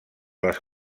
les